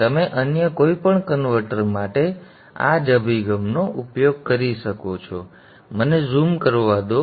તમે અન્ય કોઈપણ કન્વર્ટર માટે પણ આ જ અભિગમનો ઉપયોગ કરી શકો છો મને ઝૂમ કરવા દો